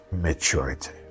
maturity